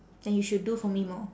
then you should do for me more